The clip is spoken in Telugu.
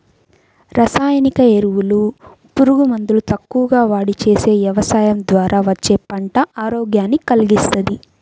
రసాయనిక ఎరువులు, పురుగు మందులు తక్కువగా వాడి చేసే యవసాయం ద్వారా వచ్చే పంట ఆరోగ్యాన్ని కల్గిస్తది